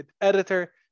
Editor